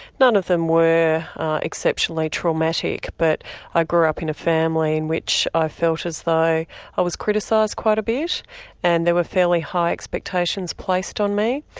none of them were exceptionally traumatic but i grew up in a family in which i felt as though i was criticised quite a bit and there were fairly high expectations placed on me.